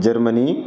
Germany